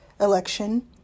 election